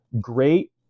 great